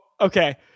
Okay